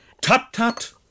Tut-tut